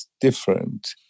different